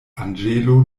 anĝelo